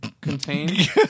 Contained